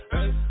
Hey